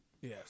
Yes